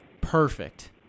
perfect